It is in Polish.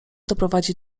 doprowadzi